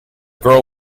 girl